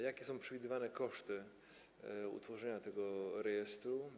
Jakie są przewidywane koszty utworzenia tego rejestru?